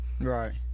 Right